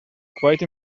quite